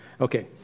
Okay